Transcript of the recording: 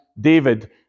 David